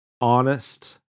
honest